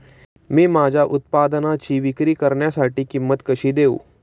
मी माझ्या उत्पादनाची विक्री करण्यासाठी किंमत कशी देऊ?